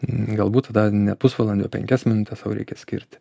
galbūt tada ne pusvalandį o penkias minutes reikia skirti